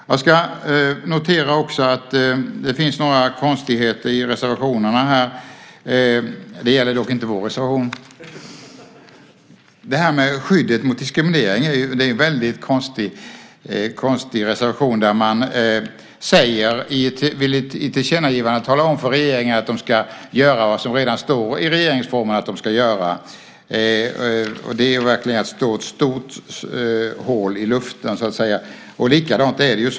Jag noterar att det finns några konstigheter i reservationerna. Det gäller dock inte vår reservation. Reservationen om skydd mot diskriminering är väldigt konstig. Man vill i ett tillkännagivande tala om för regeringen att den ska göra vad som redan står i regeringsformen att den ska göra. Det är verkligen ett stort slag i luften.